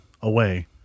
away